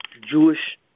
Jewish